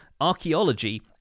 archaeology